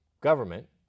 government